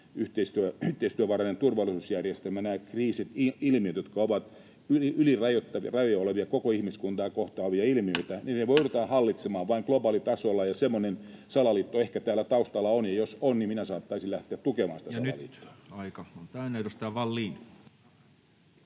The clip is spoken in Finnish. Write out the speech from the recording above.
yhteistyövarainen turvallisuusjärjestelmä. Nämä kriisit, ilmiöt, jotka ovat yli rajojen olevia, koko ihmiskuntaa kohtaavia ilmiöitä — niitä voidaan hallita vain globaalitasolla. Semmoinen salaliitto ehkä täällä taustalla on, ja jos on, niin minä saattaisin lähteä tukemaan sitä salaliittoa.